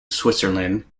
switzerland